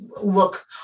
look